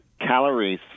calories